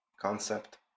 concept